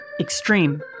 extreme